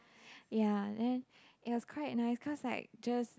ya and then it was quite nice cause like just